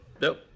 nope